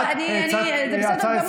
את הצעת הצעה לסדר-היום והיא רוצה להשיב.